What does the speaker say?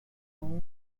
como